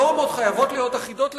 הנורמות חייבות להיות אחידות לכולם.